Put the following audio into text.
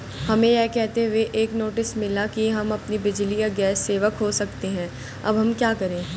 हमें यह कहते हुए एक नोटिस मिला कि हम अपनी बिजली या गैस सेवा खो सकते हैं अब हम क्या करें?